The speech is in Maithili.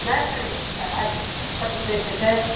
तेॅं ने कहै छी से आबिके चाभी दैके छै